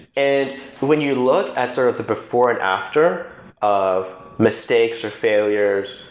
and when you look at sort of the before and after of mistakes or failures,